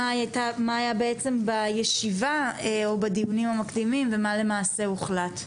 מה היה בעצם בישיבה או בדיונים המקדימים ומה למעשה הוחלט.